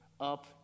up